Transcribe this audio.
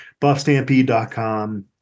BuffStampede.com